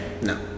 No